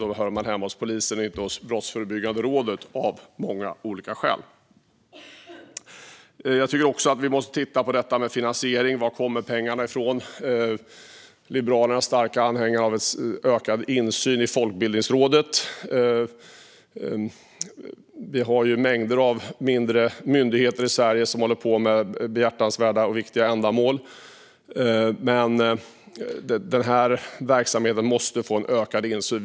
Då hör man hemma hos polisen och inte hos Brottsförebyggande rådet, av många olika skäl. Jag tycker också att vi måste titta på detta med finansiering. Var kommer pengarna ifrån? Liberalerna är starka anhängare av ökad insyn i Folkbildningsrådet. Vi har mängder av mindre myndigheter i Sverige med behjärtansvärda och viktiga ändamål, men denna verksamhet måste få en ökad insyn.